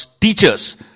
teachers